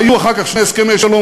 והיו אחר כך שני הסכמי שלום,